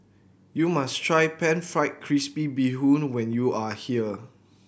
you must try Pan Fried Crispy Bee Hoon when you are here